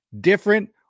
different